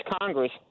Congress